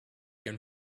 can